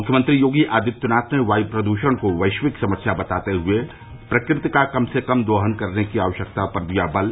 मुख्यमंत्री योगी आदित्यनाथ ने वायू प्रद्षण को वैश्विक समस्या बताते हये प्रकृति का कम से कम दोहन करने की आवश्यकता पर दिया बल